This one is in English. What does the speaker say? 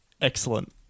excellent